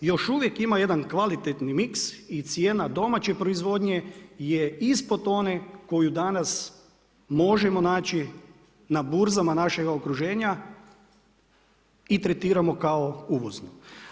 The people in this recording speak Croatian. Još uvijek ima jedan kvalitetni miks i cijena domaće proizvodnje je ispod one koju danas možemo naći na burzama našega okruženja i tretiramo kao uvoznu.